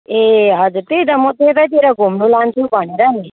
ए हजुर त्यही त म त्यतैतिर घुम्नु लान्छु भनेर नि